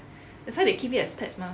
that's why they keep it as pets mah